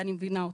ואני מבינה אותה.